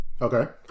Okay